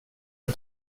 att